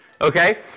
okay